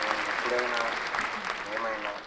నేను ఎప్పుడైనా ఏమైనా